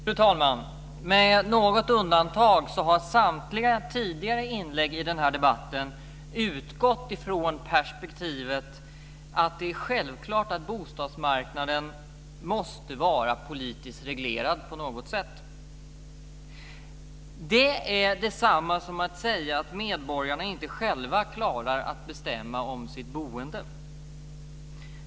Fru talman! Med något undantag har samtliga tidigare inlägg i den här debatten utgått från perspektivet att det är självklart att bostadsmarknaden måste vara politiskt reglerad på något sätt. Det är detsamma som att säga att medborgarna inte själva klarar att bestämma om sitt boende.